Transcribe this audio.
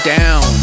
Down